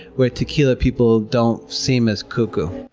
where tequila people don't seem as cuckoo.